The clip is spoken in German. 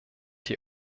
die